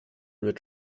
mit